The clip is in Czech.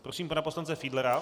Prosím pana poslance Fiedlera.